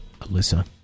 Alyssa